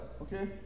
okay